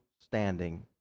standing